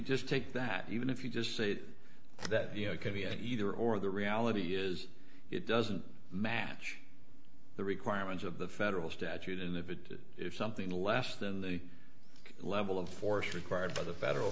just take that even if you just say that you know it could be a either or the reality is it doesn't match the requirements of the federal statute in the if something less than the level of force required by the federal